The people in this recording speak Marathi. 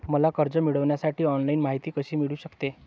मला कर्ज मिळविण्यासाठी ऑनलाइन माहिती कशी मिळू शकते?